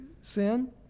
sin